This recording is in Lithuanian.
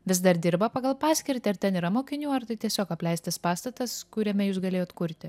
vis dar dirba pagal paskirtį ar ten yra mokinių ar tai tiesiog apleistas pastatas kuriame jūs galėjot kurti